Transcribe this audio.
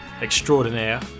extraordinaire